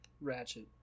Ratchet